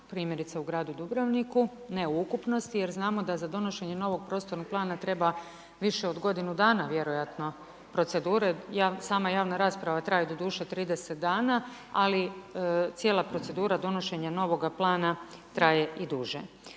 primjerice u gradu Dubrovniku, ne u ukupnosti jer znamo da za donošenje novog prostornog plana treba više od godinu dana vjerojatno procedure jer sama javna rasprava traje doduše 30 dana ali cijela procedura donošenja novoga plana traje i duže.